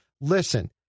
Listen